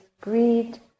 greed